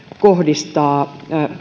kohdistaa